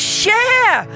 share